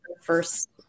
first